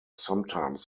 sometimes